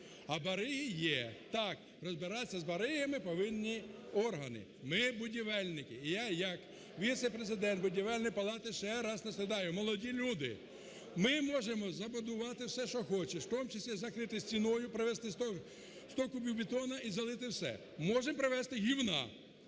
а бариги є. Так, розбиратися з баригами повинні органи. Ми – будівельники. І я як віце-президент Будівельної палати ще раз розглядаю, молоді люди, ми можемо забудувати все, що хочеш, в тому числі закрити стіною, привезти сто кубів бетону і залити все, можемо привести гівна